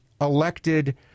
elected